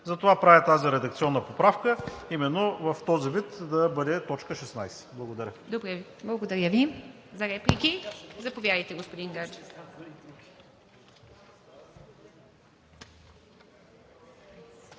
Затова правя тази редакционна поправка и именно в този вид да бъде т. 16. Благодаря.